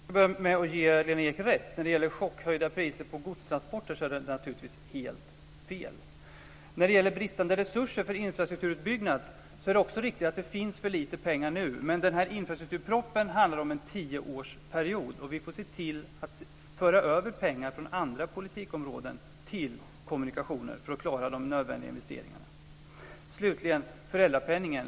Herr talman! Jag ska börja med att ge Lena Ek rätt. Chockhöjda priser på godstransporter är naturligtvis helt fel. När det gäller bristande resurser för infrastrukturutbyggnad är det också riktigt att det finns för lite pengar nu. Men infrastrukturpropen handlar om en tioårsperiod, och vi får se till att föra över pengar från andra politikområden till Kommunikationer för att klara de nödvändiga investeringarna. Slutligen, föräldrapenningen.